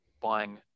buying